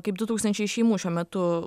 kaip du tūkstančiai šeimų šiuo metu